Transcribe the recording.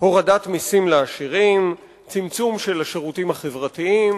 הורדת מסים לעשירים, צמצום של השירותים החברתיים.